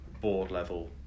board-level